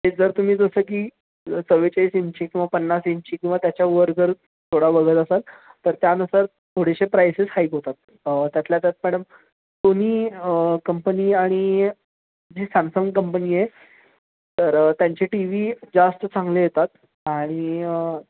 ते जर तुम्ही जसं की चव्वेचाळीस इंची किंवा पन्नास इंची किंवा त्याच्या वर जर थोडा बघत असाल तर त्यानुसार थोडेशे प्राइसेस हाईक होतात त्यातल्या त्यात मॅडम सोनी कंपनी आणि जी सॅमसंग कंपनी आहे तर त्यांचे टी वी जास्त चांगले येतात आणि